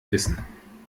wissen